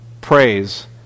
Praise